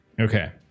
Okay